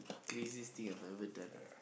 craziest thing I've ever done ah